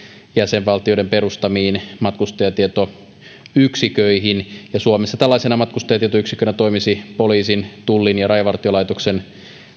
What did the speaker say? jäsenvaltioiden perustamiin matkustajatietoyksiköihin suomessa tällaisena matkustajatietoyksikkönä toimisi poliisin tullin ja rajavartiolaitoksen